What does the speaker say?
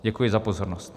Děkuji za pozornost.